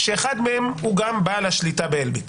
שאחד מהם הוא גם בעל השליטה באלביט,